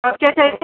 اور کیا چاہیے